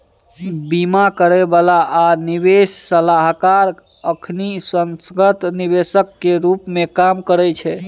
बीमा करइ बला आ निवेश सलाहकार अखनी संस्थागत निवेशक के रूप में काम करइ छै